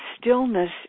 stillness